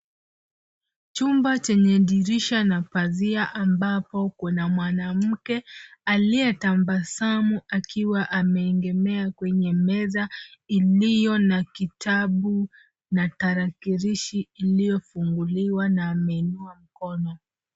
Chumba chenye dirisha na pazia zmbapo kuna mwanamke aliyetabasamu akiwa ameegemea kwenye meza iliyo na kitabu na tarakilishi iliyofunguliwa na ameinua mikono.